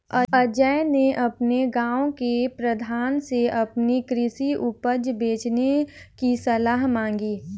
अजय ने अपने गांव के प्रधान से अपनी कृषि उपज बेचने की सलाह मांगी